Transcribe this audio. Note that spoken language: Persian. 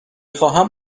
خواهم